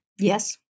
Yes